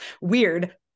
weird